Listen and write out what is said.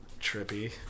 trippy